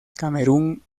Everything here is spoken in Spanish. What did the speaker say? camerún